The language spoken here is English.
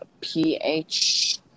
pH